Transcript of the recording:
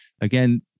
again